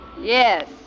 Yes